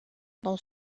dans